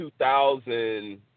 2000